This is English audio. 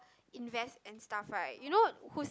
invest and stuff right you know who's